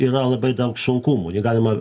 yra labai daug sunkumų negalima